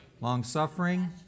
long-suffering